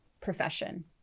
profession